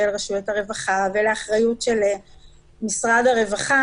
רשויות הרווחה ולאחריות של משרד הרווחה,